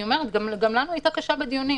היא גם הייתה קשה לנו בדיונים,